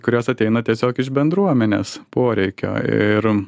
kurios ateina tiesiog iš bendruomenės poreikio ir